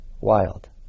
wild